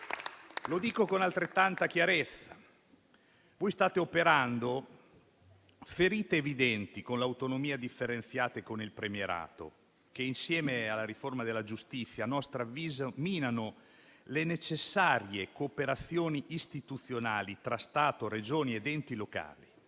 Lo dico con altrettanta chiarezza: state operando ferite evidenti, con l'autonomia differenziata e con il premierato, che, insieme alla riforma della giustizia, a nostro avviso minano le necessarie cooperazioni istituzionali tra Stato, Regioni ed enti locali.